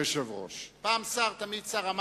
פעם שר, תמיד שר.